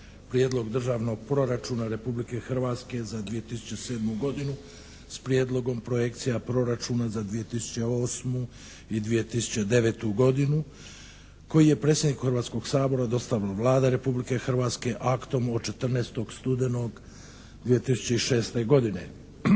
Prijedlog Državnog proračuna Republike Hrvatske za 2007. godinu s Prijedlogom projekcija proračuna za 2008. i 2009. godinu koji je predsjedniku Hrvatskoga sabora dostavila Vlada Republike Hrvatske aktom od 14. studenog 2006. godine.